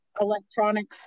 electronics